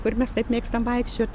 kur mes taip mėgstam vaikščiot